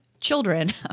children